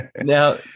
Now